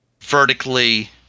vertically